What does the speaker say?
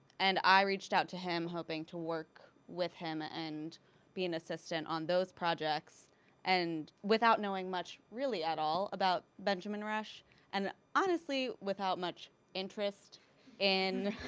and i reached out to him hoping to work with him and be an assistant on those projects and without knowing much really at all about benjamin rush and honestly without much interest in